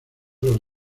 los